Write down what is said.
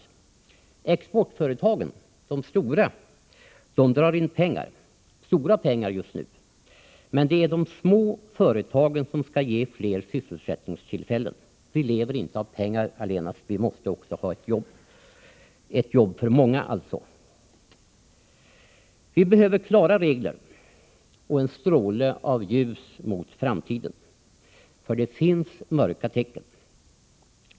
De stora exportföretagen drar in pengar, just nu mycket pengar, men det är de små företagen som skall ge fler sysselsättningstillfällen. Vi lever inte av exportpengar allenast — vi måste också ha ett jobb. Vi behöver klara regler, och en stråle av ljus mot framtiden, för det finns mörka tecken.